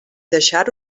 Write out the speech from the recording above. deixar